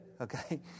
Okay